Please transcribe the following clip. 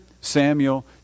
Samuel